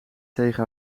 tegen